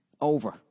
over